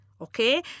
Okay